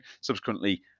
Subsequently